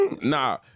Nah